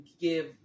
give